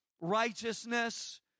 Righteousness